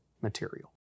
material